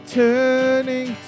turning